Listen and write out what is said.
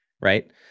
right